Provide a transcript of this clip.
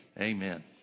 Amen